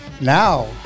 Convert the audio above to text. now